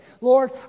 Lord